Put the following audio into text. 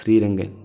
Sreerangan